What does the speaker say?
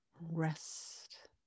rest